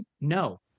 No